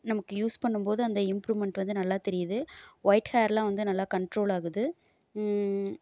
நமக்கு யூஸ் பண்ணும்போது அந்த இம்ப்ரூவ்மெண்ட் வந்து நல்லா தெரியுது ஒயிட் ஹேர்லாம் வந்து நல்லா கண்ட்ரோல் ஆகுது